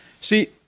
See